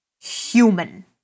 human